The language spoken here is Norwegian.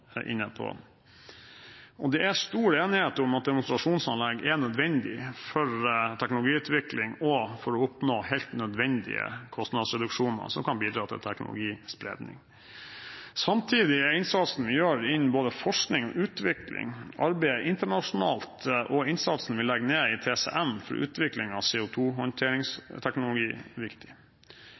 inne på. Det er stor enighet om at demonstrasjonsanlegg er nødvendig for teknologiutvikling og for å oppnå helt nødvendige kostnadsreduksjoner som kan bidra til teknologispredning. Samtidig er innsatsen vi gjør innen både forskning og utvikling, arbeidet internasjonalt og innsatsen vi legger ned i TCM for utvikling av CO2-håndteringsteknologi, viktig.